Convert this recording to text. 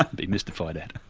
ah be mystified at.